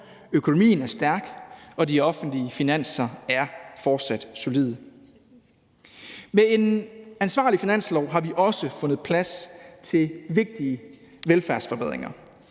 økonomien er stærk, og de offentlige finanser er fortsat solide. Med en ansvarlig finanslov har vi også fundet plads til vigtige velfærdsforbedringer.